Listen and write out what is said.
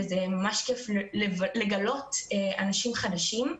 וזה ממש כייף לגלות אנשים חדשים.